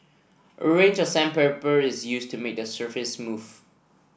a range of sandpaper is used to make the surface smooth